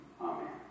Amen